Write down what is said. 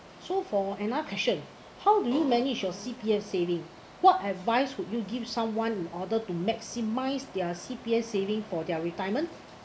so for another question how did you manage your C_P_F saving what advice would you give someone in order to maximize their C_P_F saving for their retirement